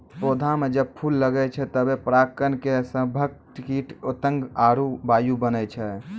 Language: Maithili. पौधा म जब फूल लगै छै तबे पराग कण के सभक कीट पतंग आरु वायु बनै छै